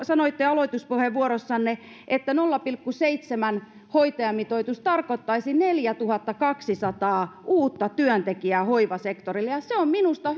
sanoitte aloituspuheenvuorossanne että nolla pilkku seitsemän hoitajamitoitus tarkoittaisi neljätuhattakaksisataa uutta työntekijää hoivasektorille ja se on minusta